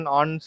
on